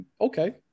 okay